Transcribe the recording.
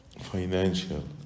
financial